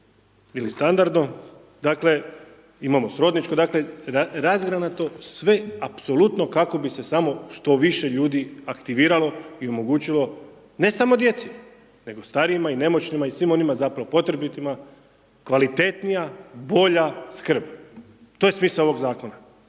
ili standardno, dakle imamo srodničko, dakle razgranato sve apsolutno kako bi se samo što više ljudi aktiviralo i omogućilo na samo djeci, nego starijima i nemoćnima i svim onima zapravo potrebitima, kvalitetnija, bolja skrb. To je smisao ovog zakona.